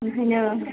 ओंखायनो